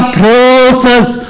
process